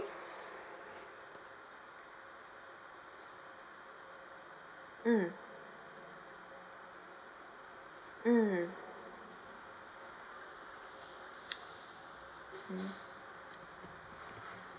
mm mm mm